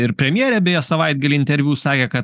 ir premjerė beje savaitgalį interviu sakė kad